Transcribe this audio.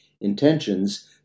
intentions